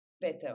better